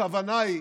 הכוונה היא